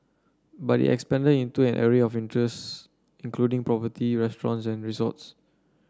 but it expanded into an array of interests including property restaurants and resorts